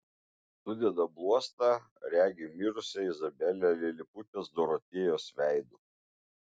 sudeda bluostą regi mirusią izabelę liliputės dorotėjos veidu